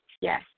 Yes